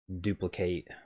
duplicate